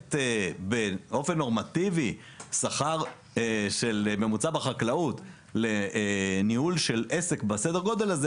לתת באופן נורמטיבי שכר ממוצע בחקלאות לניהול של עסק בסדר גודל הזה,